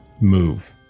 move